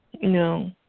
No